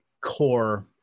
core